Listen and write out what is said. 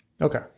okay